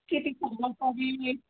किती